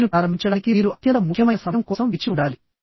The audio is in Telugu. మీరు ప్రారంభించడానికి మీరు అత్యంత ముఖ్యమైన సమయం కోసం వేచి ఉండాలి